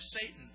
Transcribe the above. Satan